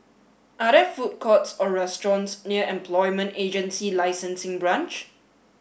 are there food courts or restaurants near Employment Agency Licensing Branch